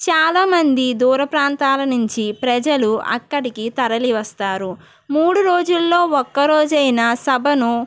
చాలా మంది దూర ప్రాంతాల నుంచి ప్రజలు అక్కడికి తరలి వస్తారు మూడు రోజుల్లో ఒక్క రోజైనా సభను